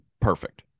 Perfect